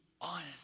honest